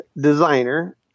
designer